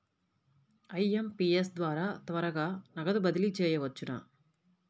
IMPS ద్వారా త్వరగా నగదు బదిలీ చేయవచ్చునా?